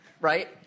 Right